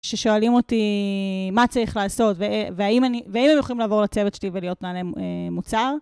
ששואלים אותי מה צריך לעשות והאם הם יוכלים לעבור לצוות שלי ולהיות מנהלי מוצר.